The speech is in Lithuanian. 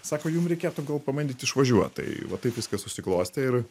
sako jum reikėtų gal pabandyt išvažiuot tai va taip viskas susiklostė ir